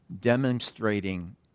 demonstrating